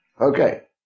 Okay